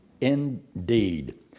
indeed